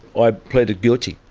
i pleaded guilty.